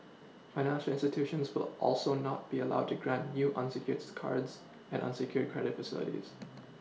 financial institutions will also not be allowed to grant new unsecured cards and unsecured credit facilities